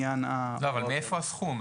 אבל מאיפה הסכום?